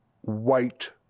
white